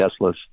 Teslas